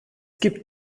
gibt